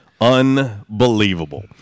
Unbelievable